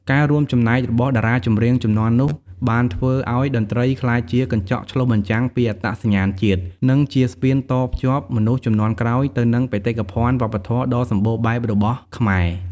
ការរួមចំណែករបស់តារាចម្រៀងជំនាន់នោះ បានធ្វើឱ្យតន្ត្រីក្លាយជាកញ្ចក់ឆ្លុះបញ្ចាំងពីអត្តសញ្ញាណជាតិ និងជាស្ពានតភ្ជាប់មនុស្សជំនាន់ក្រោយទៅនឹងបេតិកភណ្ឌវប្បធម៌ដ៏សម្បូរបែបរបស់ខ្មែរ។